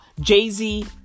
Jay-Z